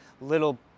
little